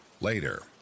Later